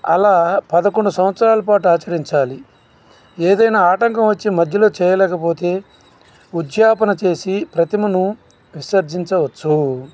అలా పదకొండు సంవత్సరాల పాటు ఆచరించాలి ఏదైనా ఆటకం వచ్చి మధ్యలో చేయలేకపోతే ఉద్యాపన చేసి ప్రతిమను విసర్జించవచ్చు